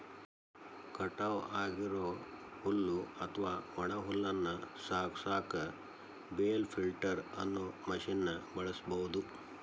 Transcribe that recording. ಕಟಾವ್ ಆಗಿರೋ ಹುಲ್ಲು ಅತ್ವಾ ಒಣ ಹುಲ್ಲನ್ನ ಸಾಗಸಾಕ ಬೇಲ್ ಲಿಫ್ಟರ್ ಅನ್ನೋ ಮಷೇನ್ ಬಳಸ್ಬಹುದು